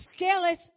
scaleth